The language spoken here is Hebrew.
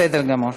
בסדר גמור.